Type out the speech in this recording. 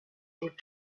with